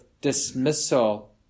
dismissal